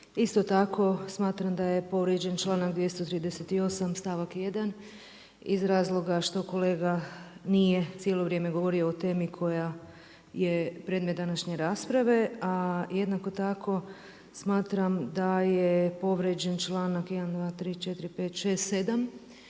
Isto tako smatram da je povrijeđen članak 238. stavak 1. iz razloga što kolega nije cijelo vrijeme govorio o temi koja je predmet današnje rasprave, a jednako tako smatram da je povrijeđen članak 7. koji kaže da